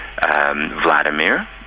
Vladimir